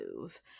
move